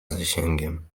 zasięgiem